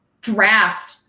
draft